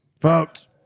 Folks